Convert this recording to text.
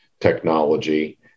technology